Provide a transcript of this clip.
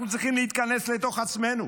אנחנו צריכים להתכנס לתוך עצמנו